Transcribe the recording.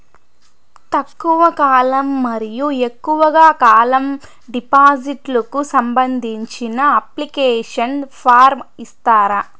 తక్కువ కాలం మరియు ఎక్కువగా కాలం డిపాజిట్లు కు సంబంధించిన అప్లికేషన్ ఫార్మ్ ఇస్తారా?